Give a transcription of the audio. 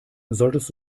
solltest